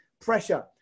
pressure